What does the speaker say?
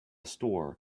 store